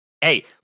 Hey